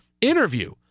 interview